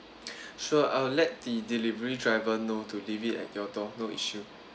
sure I'll let the delivery driver know to leave it at your door no issue